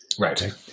Right